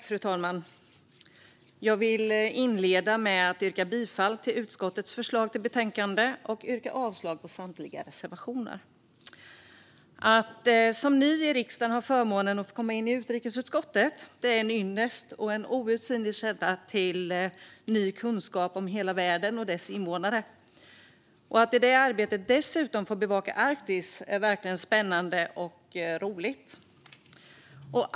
Fru talman! Jag vill inleda med att yrka bifall till utskottets förslag till beslut och avslag på samtliga reservationer. Att som ny i riksdagen få komma in i utrikesutskottet är en ynnest och en outsinlig källa till ny kunskap om hela världen och dess invånare. Att i det arbetet dessutom få bevaka Arktis är verkligen spännande och roligt.